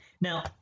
Now